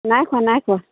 নাইখোৱা নাইখোৱা